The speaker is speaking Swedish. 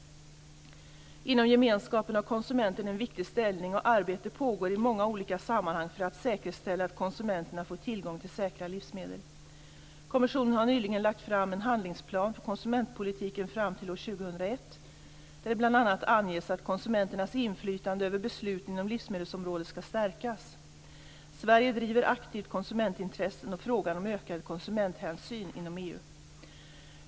Inom gemenskapen har konsumenten en viktig ställning och arbete pågår i många olika sammanhang för att säkerställa att konsumenterna får tillgång till säkra livsmedel. Kommissionen har nyligen lagt fram en handlingsplan för konsumentpolitiken fram till år 2001, där det bl.a. anges att konsumenternas inflytande över besluten inom livsmedelsområdet skall stärkas. Sverige driver aktivt konsumentintressen och frågan om ökad konsumenthänsyn inom EU.